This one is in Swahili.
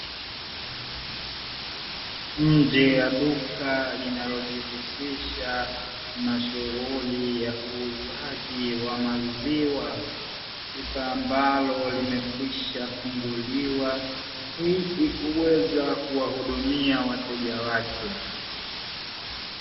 Nje ya duka linalojihusisha na shughuli ya uuzaji wa maziwa. Duka ambalo limekwishafunguliwa ili kuweza kuwahudumia wateja wake.